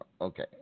Okay